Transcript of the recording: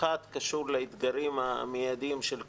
האחד קשור לאתגרים המידיים של הקורונה,